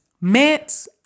mints